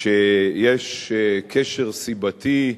שיש קשר סיבתי